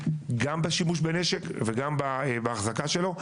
גם בשימוש בנשק וגם בהחזקה שלו.